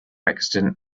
accident